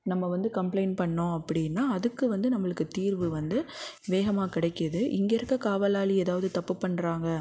நம்ம வந்து கம்ப்ளைன்ட் பண்ணோம் அப்படின்னா அதுக்கு வந்து நம்மளுக்கு தீர்வு வந்து வேகமாக கிடைக்குது இங்க இருக்க காவலாளி ஏதாவது தப்பு பண்ணுறாங்க